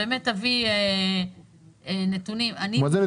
אני מציעה שבאמת תביא נתונים.